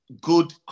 good